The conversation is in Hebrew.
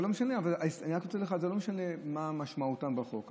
אבל זה לא משנה מה משמעותן בחוק.